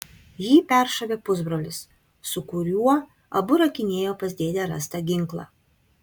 jį peršovė pusbrolis su kuriuo abu rakinėjo pas dėdę rastą ginklą